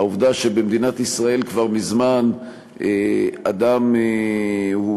העובדה שבמדינת ישראל כבר מזמן אדם הוא